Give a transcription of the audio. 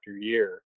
year